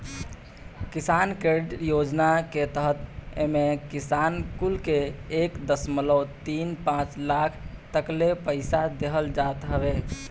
किसान क्रेडिट योजना के तहत एमे किसान कुल के एक दशमलव तीन पाँच लाख तकले पईसा देहल जात हवे